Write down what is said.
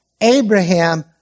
Abraham